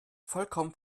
vollkommen